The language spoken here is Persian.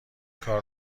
کار